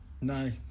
No